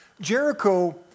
Jericho